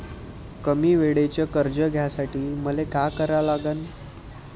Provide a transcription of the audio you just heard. कमी वेळेचं कर्ज घ्यासाठी मले का करा लागन?